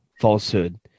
falsehood